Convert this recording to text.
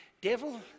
Devil